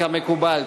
כמקובל.